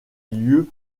lieux